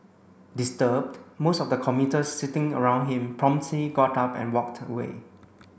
disturbed most of the commuters sitting around him promptly got up and walked away